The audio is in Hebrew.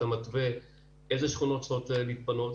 אתה מתווה איזה שכונות צריכות להתפנות,